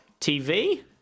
TV